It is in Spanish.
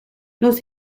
los